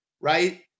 right